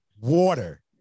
water